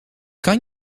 kan